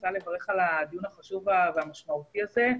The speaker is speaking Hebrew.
רוצה לברך על הדיון החשוב והמשמעותי הזה.